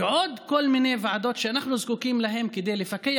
ועוד כל מיני ועדות שאנחנו זקוקים להן כדי לפקח